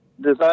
design